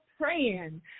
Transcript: praying